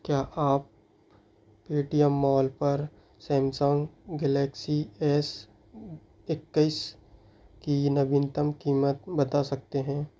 क्या आप Paytm mall पर सैमसंग गैलेक्सी एस एक्कीस की नवीनतम कीमत बता सकते हैं